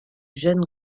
jeune